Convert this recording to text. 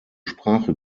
sprache